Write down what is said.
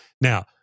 Now